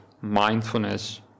mindfulness